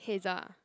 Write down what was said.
Hazel